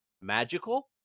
magical